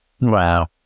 Wow